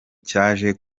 cyaje